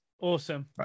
Awesome